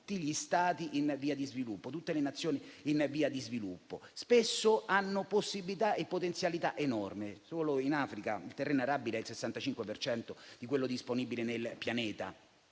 tutti gli Stati e da tutte le Nazioni in via di sviluppo, che spesso hanno possibilità e potenzialità enormi. Solo in Africa il terreno arabile è il 65 per cento di quello disponibile nel Pianeta,